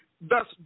thus